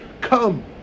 Come